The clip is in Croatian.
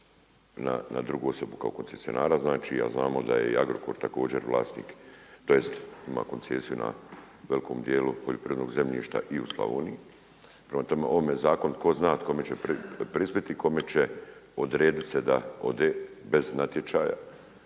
na drugu osobu kao koncesionara, a znamo da je i Agrokor također vlasnik tj. ima koncesiju na velikom dijelu poljoprivrednog zemljišta i u Slavoniji, prema tome o ovome zakonu tko zna kome će prispjeti i kome će odrediti se da ode bez natječaja.